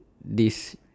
this